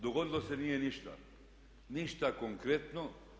Dogodilo se nije ništa, ništa konkretno.